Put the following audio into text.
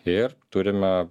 ir turime